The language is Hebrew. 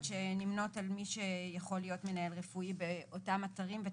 שנמנות על מי שיכול להיות מנהל רפואי באותם אתרים ותחנות.